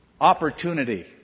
opportunity